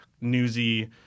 newsy